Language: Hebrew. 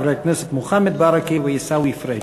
חברי הכנסת מוחמד ברכה ועיסאווי פריג'.